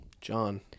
John